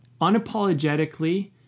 unapologetically